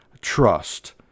trust